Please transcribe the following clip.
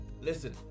Listen